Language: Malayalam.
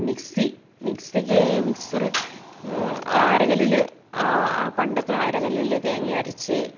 മിക്സി മിക്സിക്ക് മിക്സർ അരകല്ലിൽ പണ്ടൊക്കെ അരകല്ലിൽ തേങ്ങ അരച്ച്